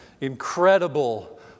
incredible